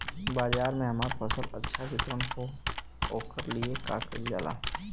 बाजार में हमार फसल अच्छा वितरण हो ओकर लिए का कइलजाला?